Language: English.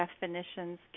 definitions